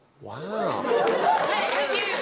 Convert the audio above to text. Wow